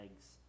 eggs